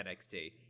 NXT